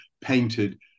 painted